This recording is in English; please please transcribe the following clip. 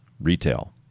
retail